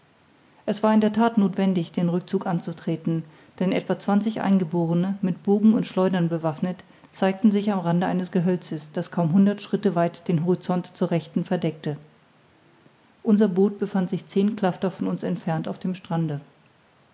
es war in der that nothwendig den rückzug anzutreten denn etwa zwanzig eingeborene mit bogen und schleudern bewaffnet zeigten sich am rande eines gehölzes das kaum hundert schritte weit den horizont zur rechten verdeckte unser boot befand sich zehn klafter von uns entfernt auf dem strande